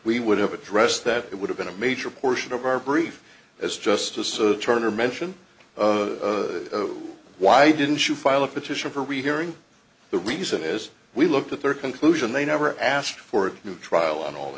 we would have addressed that it would have been a major portion of our brief as justice of turner mention why didn't you file a petition for rehearing the reason is we looked at their conclusion they never asked for a new trial on all